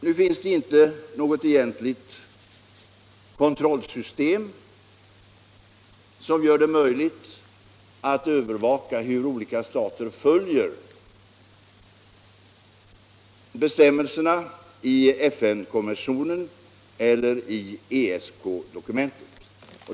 Nu finns det inte något egentligt kontrollsystem som gör det möjligt att övervaka hur olika stater följer bestämmelserna i FN-konventionen eller i ESK-dokumentet.